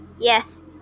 Yes